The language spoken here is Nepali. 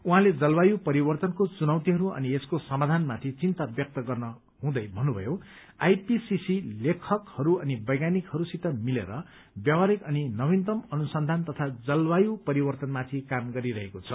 उहाँले जलवायु परिवर्तनको चुनौतिहरू अनि यसको समाधानमाथि चिन्ता व्यक्त गर्नुहुँदै भन्नुभयो आईपीसीसी लेखकहरू अनि वैज्ञानिकहरूसित मिलेर व्यावहारिक अनि नवीनतम अनुसन्धान तथा जलवायु परिवर्तनमाथि काम गरिरहेको छ